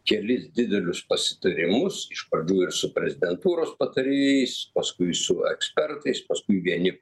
kelis didelius pasitarimus iš pradžių ir su prezidentūros patarėjais paskui su ekspertais paskui vieni